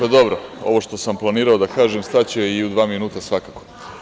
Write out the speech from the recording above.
Ovo što sam planirao da kažem staće i u dva minuta svakako.